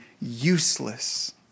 useless